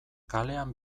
kalean